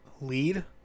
lead